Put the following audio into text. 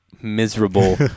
miserable